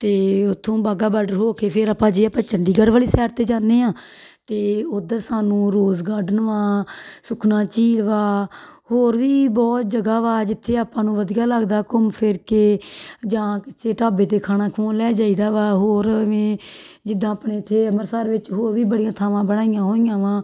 ਅਤੇ ਉੱਥੋਂ ਵਾਹਗਾ ਬਾਰਡਰ ਹੋ ਕੇ ਫਿਰ ਆਪਾਂ ਜੇ ਆਪਾਂ ਚੰਡੀਗੜ੍ਹ ਵਾਲੀ ਸਾਈਡ 'ਤੇ ਜਾਂਦੇ ਹਾਂ ਤਾਂ ਉੱਧਰ ਸਾਨੂੰ ਰੋਜ਼ ਗਾਰਡਨ ਵਾਂ ਸੁਖਨਾ ਝੀਲ ਵਾ ਹੋਰ ਵੀ ਬਹੁਤ ਜਗ੍ਹਾ ਵਾ ਜਿੱਥੇ ਆਪਾਂ ਨੂੰ ਵਧੀਆ ਲੱਗਦਾ ਘੁੰਮ ਫਿਰ ਕੇ ਜਾਂ ਕਿਸੇ ਢਾਬੇ 'ਤੇ ਖਾਣਾ ਖਵਾਉਣ ਲੈ ਜਾਈਦਾ ਵਾ ਹੋਰ ਵੀ ਜਿੱਦਾਂ ਆਪਣੇ ਇੱਥੇ ਅੰਮ੍ਰਿਤਸਰ ਵਿੱਚ ਹੋਰ ਵੀ ਬੜੀਆਂ ਥਾਵਾਂ ਬਣਾਈਆਂ ਹੋਈਆਂ ਵਾਂ